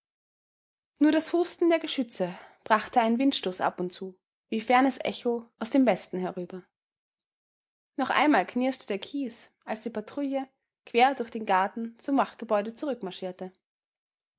nur das husten der geschütze brachte ein windstoß ab und zu wie fernes echo aus dem westen herüber noch einmal knirschte der kies als die patrouille quer durch den garten zum